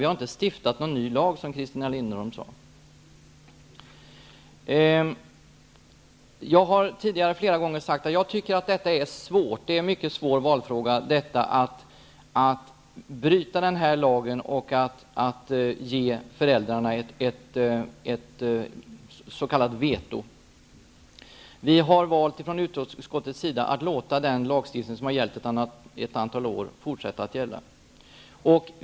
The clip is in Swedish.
Vi har inte stiftat en ny lag, som Christina Linderholm sade. Att ändra den här lagen och ge föräldrarna ett s.k. veto är svårt. Det har jag sagt många gånger tidigare. Vi i utskottet har valt att låta rådande lagstiftning få gälla, även fortsättningsvis.